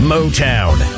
Motown